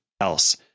else